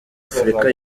afurika